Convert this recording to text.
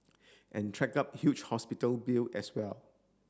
and track up huge hospital bill as well